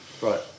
Right